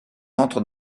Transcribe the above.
entre